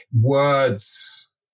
words